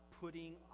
putting